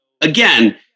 again